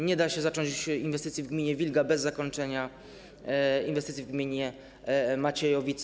Nie da się zacząć inwestycji w gminie Wilga bez zakończenia inwestycji w gminie Maciejowice.